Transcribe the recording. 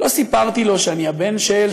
לא סיפרתי לו שאני הבן של,